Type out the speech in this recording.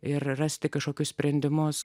ir rasti kažkokius sprendimus